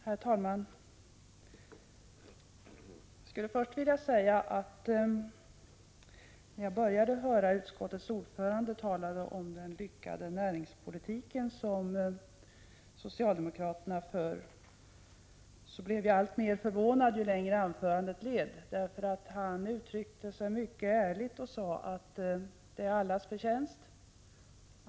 Herr talman! Jag vill först säga att när jag hörde utskottets ordförande tala om den lyckade näringspolitik som socialdemokraterna för, blev jag alltmer förvånad ju längre anförandet led, därför att han uttryckte sig mycket ärligt och sade att det är allas förtjänst.